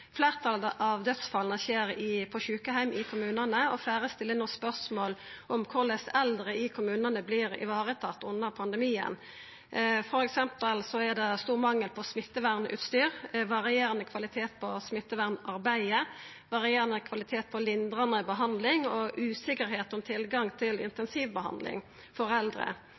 Fleirtalet av dødsfalla skjer på sjukeheimar i kommunane, og fleire stiller no spørsmål om korleis eldre i kommunane vert varetatt under pandemien. For eksempel er det stor mangel på smittevernutstyr, varierande kvalitet på smittevernarbeidet, varierande kvalitet på lindrande behandling og usikkerheit om tilgang til intensivbehandling for eldre.